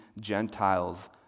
Gentiles